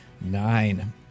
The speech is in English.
Nine